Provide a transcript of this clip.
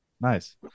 Nice